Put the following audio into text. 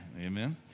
Amen